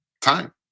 Time